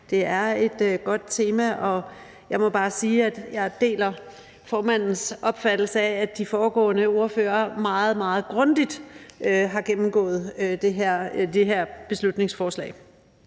Det er et godt tema, og jeg må bare sige, at jeg deler formandens opfattelse af, at de foregående ordførere meget, meget grundigt har gennemgået det her beslutningsforslag.